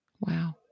Wow